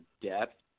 depth